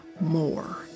more